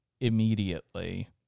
immediately